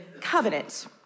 covenant